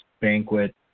banquet